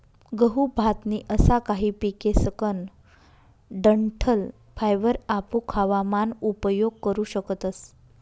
गहू, भात नी असा काही पिकेसकन डंठल फायबर आपू खावा मान उपयोग करू शकतस